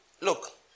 Look